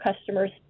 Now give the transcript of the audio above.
customers